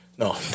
No